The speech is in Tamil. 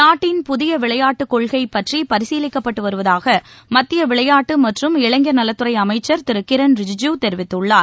நாட்டின் புதிய விளையாட்டுக்கொள்கை பற்றி பரிசீலிக்கப்பட்டு வருவதாக மத்திய விளையாட்டு மற்றும் இளைஞர் நலத்துறை அமைச்சர் திரு கிரண் ரிஜிஜு தெரிவித்துள்ளார்